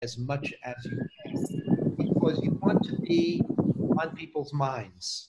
as much as you can because you want to be on people's minds